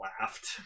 laughed